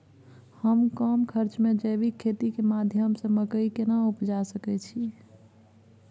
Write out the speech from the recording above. हम कम खर्च में जैविक खेती के माध्यम से मकई केना उपजा सकेत छी?